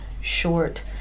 short